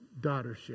daughtership